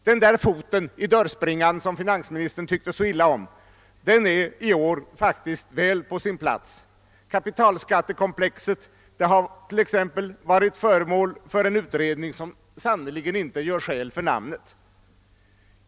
Den där foten i dörrspringan, som finansministern tyckte så illa om, är i år faktiskt väl på sin plats. Kapitalskattekomplexet har t.ex. varit föremål för en utredning, som sannerligen inte har gjort skäl för namnet.